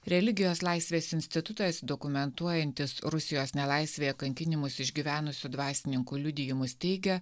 religijos laisvės institutas dokumentuojantis rusijos nelaisvėje kankinimus išgyvenusių dvasininkų liudijimus teigia